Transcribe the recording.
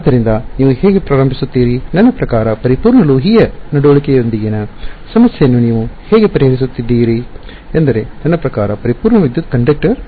ಆದ್ದರಿಂದ ನೀವು ಹೇಗೆ ಪ್ರಾರಂಭಿಸುತ್ತೀರಿ ನನ್ನ ಪ್ರಕಾರ ಪರಿಪೂರ್ಣ ಲೋಹೀಯ ನಡವಳಿಕೆಯೊಂದಿಗಿನ ಸಮಸ್ಯೆಯನ್ನು ನೀವು ಹೇಗೆ ಪರಿಹರಿಸುತ್ತೀರಿ ಎಂದರೆ ನನ್ನ ಪ್ರಕಾರ ಪರಿಪೂರ್ಣ ವಿದ್ಯುತ್ ಕಂಡಕ್ಟರ್ ಸರಿ